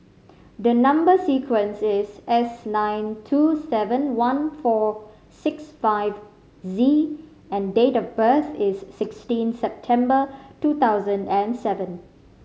number sequence is S nine two seven one four six five Z and date of birth is sixteen September two thousand and seven